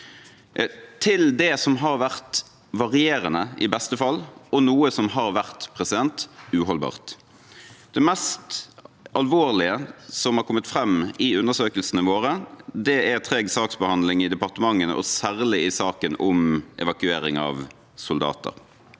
til det som har vært varierende – i beste fall – og noe som har vært uholdbart. Det mest alvorlige som har kommet fram i undersøkelsene våre, er treg saksbehandling i departementene, og særlig i saken om evakuering av soldater.